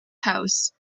house